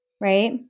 right